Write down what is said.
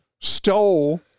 stole